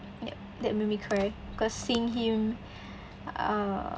yup that made me cry cause seeing him uh